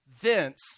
thence